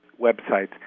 websites